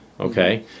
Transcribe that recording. Okay